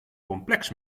complex